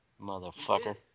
motherfucker